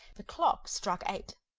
the clock struck eight.